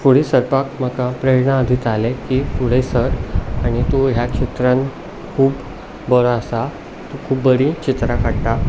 फुडें सरपाक म्हाका प्रेरणा दिताले की फुडें सर आनी तूं ह्याच क्षेत्रांत खूब बरो आसा तूं खूब बरीं चित्रां काडटा